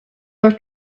are